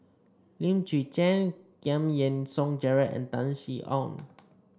Lim Chwee Chian Giam Yean Song Gerald and Tan Sin Aun